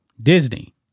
Disney